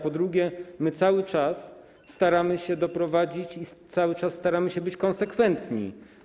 Po drugie, my cały czas staramy się doprowadzić, cały czas staramy się być konsekwentni.